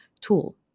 tool